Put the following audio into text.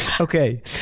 Okay